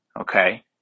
okay